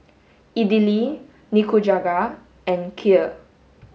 Idili Nikujaga and Kheer